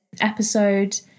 episode